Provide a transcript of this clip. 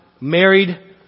married